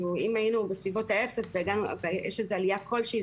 אם היינו בסביבות האפס ויש איזו עלייה כלשהי,